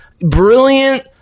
brilliant